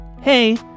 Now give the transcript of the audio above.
hey